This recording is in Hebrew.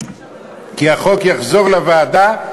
כי החוק יחזור לוועדה,